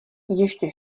ještě